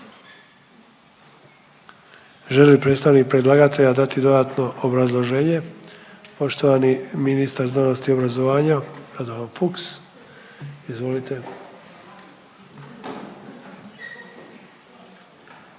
Želi li predstavnik predlagatelja dati dodatno obrazloženje? Poštovani ministar znanosti i obrazovanja Radovan Fuchs, izvolite.